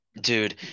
Dude